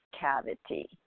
cavity